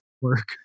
work